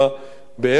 בערש המולדת,